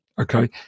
okay